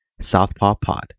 southpawpod